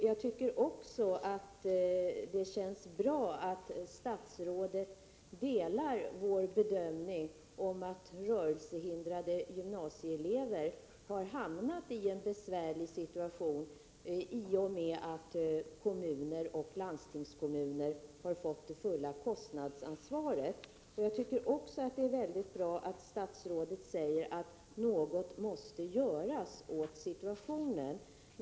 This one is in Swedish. Jag tycker också att det känns bra att statsrådet delar vår bedömning om att rörelsehindrade gymnasieelever har hamnat i en besvärlig situation i och med att kommuner och landstingskommuner har fått det fulla kostnadsansvaret. Jag tycker också att det är mycket bra att statsrådet säger att något måste göras åt situationen.